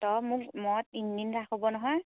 তই মোক মই তিনিদিন ৰাস হ'ব নহয়